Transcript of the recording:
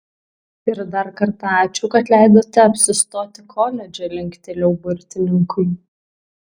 ir dar kartą ačiū kad leidote apsistoti koledže linktelėjau burtininkui